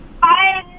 Bye